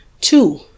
Two